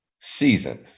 season